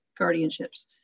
guardianships